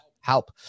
help